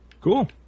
Cool